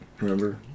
Remember